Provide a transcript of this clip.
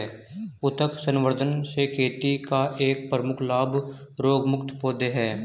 उत्तक संवर्धन से खेती का एक प्रमुख लाभ रोगमुक्त पौधे हैं